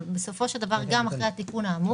אבל בסופו של דבר גם אחרי התיקון האמור,